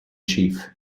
chief